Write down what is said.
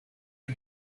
you